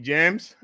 James